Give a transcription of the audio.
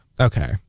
Okay